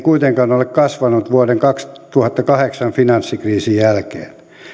kuitenkaan ole kasvaneet vuoden kaksituhattakahdeksan finanssikriisin jälkeen